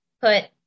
put